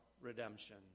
redemption